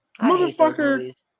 motherfucker